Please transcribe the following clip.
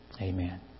amen